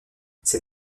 ces